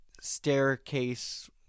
staircase